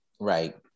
Right